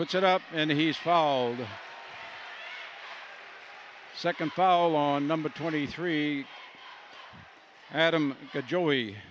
puts it up and he's fouled second foul on number twenty three adam joey